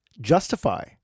justify